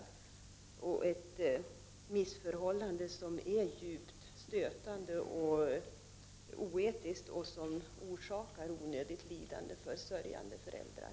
Det rör sig ju om ett missförhållande som är djupt stötande och oetiskt och som orsakar onödigt lidande för sörjande föräldrar.